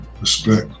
respect